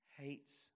hates